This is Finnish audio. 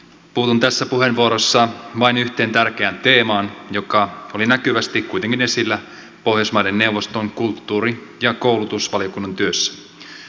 puutun tässä puheenvuorossa vain yhteen tärkeään teemaan joka oli näkyvästi kuitenkin esillä pohjoismaiden neuvoston kulttuuri ja koulutusvaliokunnan työssä